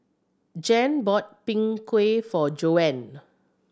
Jan bought Png Kueh for Joan